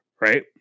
right